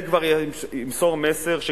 זה כבר ימסור מסר,